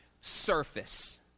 surface